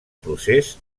procés